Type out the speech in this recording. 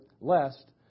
lest